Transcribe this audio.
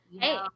Hey